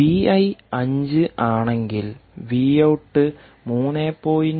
V I 5 ആണെങ്കിൽ V out 3